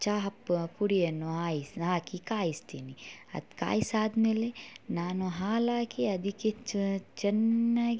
ಚಹ ಪುಡಿಯನ್ನು ಕಾಯಿಸಿ ಹಾಕಿ ಕಾಯಿಸ್ತೇನೆ ಅದು ಕಾಯಿಸಾದಮೇಲೆ ನಾನು ಹಾಲು ಹಾಕಿ ಅದಕ್ಕೆ ಚೆನ್ನಾಗಿ